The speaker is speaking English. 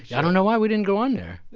yeah i don't know why we didn't go on there.